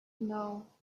know